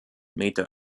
meter